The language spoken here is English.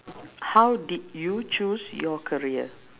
how did you choose your career